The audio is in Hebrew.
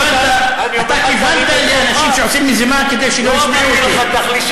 אתה כיוונת לאנשים שעושים מזימה כדי שלא ישמעו אותי.